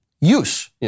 use